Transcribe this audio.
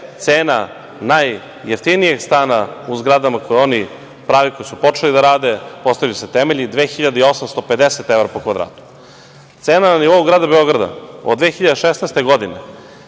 cena najjeftinijeg stana u zgradama koje oni prave, koji su počeli da rade, postavljaju se temelji, 2.850 evra po kvadratu. Cena na nivou grada Beograda od 2016. godine